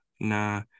Nah